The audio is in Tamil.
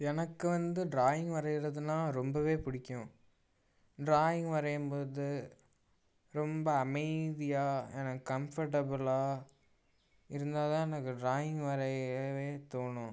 எனக்கு வந்து ட்ராயிங் வரையிறதுனா ரொம்பவே பிடிக்கும் ட்ராயிங் வரையும் போது ரொம்ப அமைதியாக எனக்கு கம்ஃபர்டபுலாக இருந்தால் தான் எனக்கு ட்ராயிங் வரையவே தோணும்